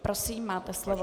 Prosím, máte slovo.